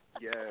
Yes